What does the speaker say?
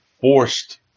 forced